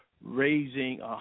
raising